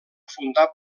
fundar